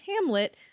Hamlet